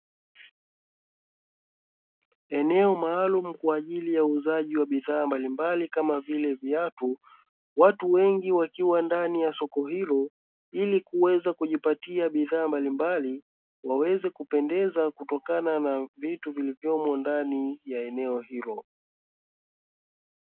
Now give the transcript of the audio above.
Eneo maalumu kwaajili ya uuzaji wa bidhaa mbalimbali kama vile viatu, watu wengi wakiwa ndani ya soko hilo ili kuweza kujipatia bidhaa mbalimbali waweze kupendeza kutokana na vitu vilivyomo ndani ya eneo hilo.